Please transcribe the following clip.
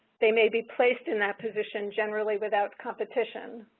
they may be placed in that position, generally without competition.